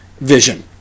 vision